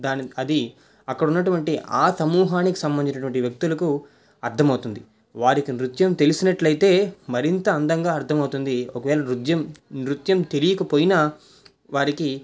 దాని అది అక్కడ ఉన్నటువంటి ఆ సమూహానికి సంబంధించినటువంటి వ్యక్తులకు అర్థమవుతుంది వారికి నృత్యం తెలిసినట్లయితే మరింత అందంగా అర్థమవుతుంది ఒకవేళ నృత్యం నృత్యం తెలియకపోయినా వారికి